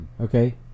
okay